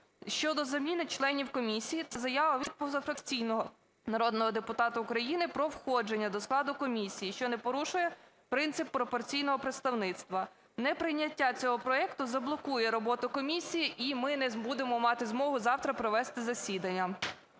щодо заміни членів комісії та заява від позафракційного народного депутата України про входження до складу комісії, що не порушує принцип пропорційного представництва. Неприйняття цього проекту заблокує роботу комісії, і ми не будемо мати змогу завтра провести засідання.